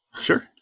Sure